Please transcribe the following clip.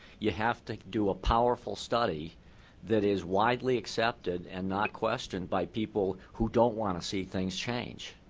you have to do a powerful study that is widely accepted and not questioned by people who don't want to see things change.